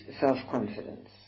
self-confidence